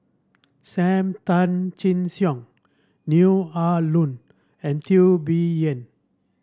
Sam Tan Chin Siong Neo Ah Luan and Teo Bee Yen